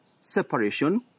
separation